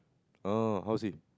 oh how's he